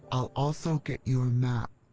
i'll also get you a map.